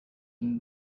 than